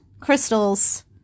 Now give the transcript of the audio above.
crystals